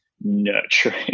nurturing